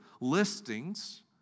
listings